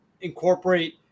incorporate